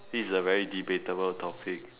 this is a very debatable topic